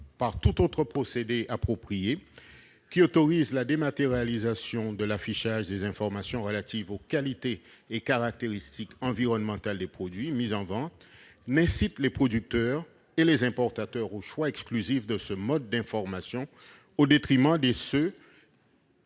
par tout autre procédé approprié », qui autorise la dématérialisation de l'affichage des informations relatives aux qualités et caractéristiques environnementales des produits mis en vente, n'incitera pas les producteurs et importateurs à faire le choix exclusif de ce mode d'information, au détriment du